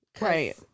Right